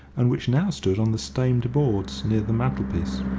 and which now stood on the stained boards near the mantelpiece.